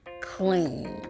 clean